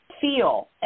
feel